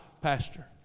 pastor